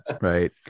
right